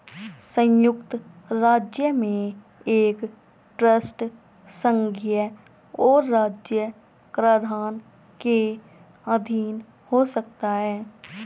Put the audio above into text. संयुक्त राज्य में एक ट्रस्ट संघीय और राज्य कराधान के अधीन हो सकता है